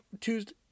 Tuesday